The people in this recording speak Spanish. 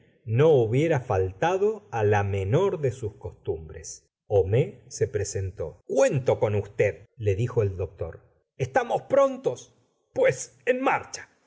no hubiera faltado á la menor de sus costumbres homais se presentó cuento con usted le dijo el doctor estamos prontos pues en marcha